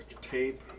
tape